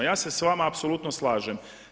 Ja se sa vama apsolutno slažem.